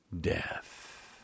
death